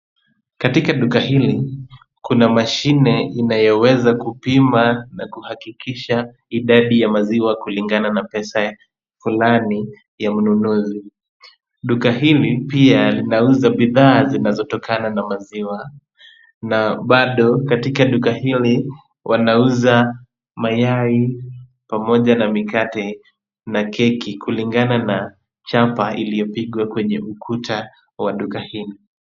Katika duka hili, kuna mashine inayoweza kupima na kuhakikisha idadi ya maziwa kulingana na pesa fulani ya mnunuzi. Duka hili pia linauza bidhaa zinazotokana na maziwa, na bado katika duka hili wanauza mayai pamoja na mikate na keki kulingana na chapa iliyopigwa kwenye ukuta wa duka hili.